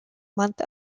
month